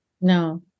No